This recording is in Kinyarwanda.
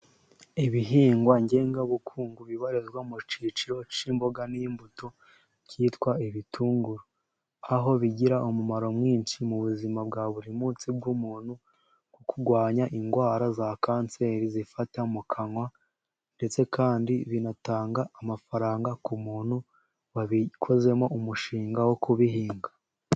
Ibihingwa ngengabukungu bibarizwa mu kiciro k'mboga n'imbuto byitwa ibitunguru, aho bigira umumaro mwinshi mu buzima bwa buri munsi bw'umuntu, ku kurwanya indwara za kanseri zifata mu kanwa, ndetse kandi binatanga amafaranga ku muntu wabikozemo umushinga wo kubihinga.